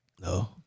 No